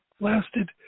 lasted